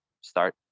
start